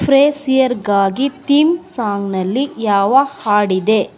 ಫ್ರೇಸಿಯರ್ಗಾಗಿ theme ಸಾಂಗ್ನಲ್ಲಿ ಯಾವ ಹಾಡಿದೆ